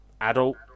adult